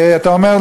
אתה אומר,